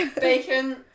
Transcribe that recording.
bacon